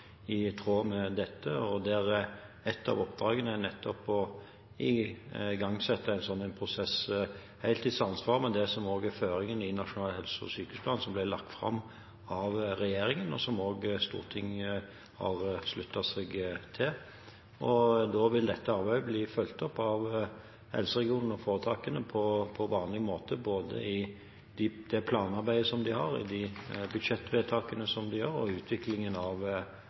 i tråd med dette, og der ett av oppdragene er nettopp å igangsette en slik prosess i samsvar med føringen i Nasjonal helse- og sykehusplan, som ble lagt fram av regjeringen, og som Stortinget har sluttet seg til. Dette arbeidet vil bli fulgt opp av helseregionene og foretakene på vanlig måte, både i det planarbeidet de har, i de budsjettvedtakene som de gjør, og i utviklingen av